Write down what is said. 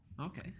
Okay